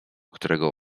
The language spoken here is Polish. którego